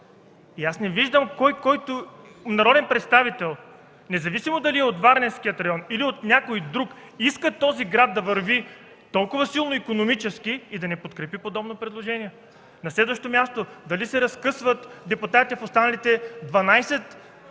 И аз не виждам народен представител, независимо дали е от Варненския район или от някой друг, да иска този град да върви силно икономически и да не подкрепи подобно предложение. На следващо място – дали се разкъсват депутатите в останалите 12